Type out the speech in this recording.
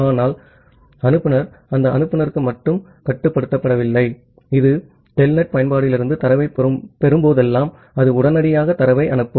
ஆனால் அனுப்புநர் அந்த அனுப்புநருக்கு மட்டும் கட்டுப்படுத்தப்படவில்லை இது டெல்நெட் பயன்பாட்டிலிருந்து தரவைப் பெறும் போதெல்லாம் அது உடனடியாக தரவை அனுப்பும்